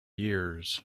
years